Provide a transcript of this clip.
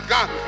God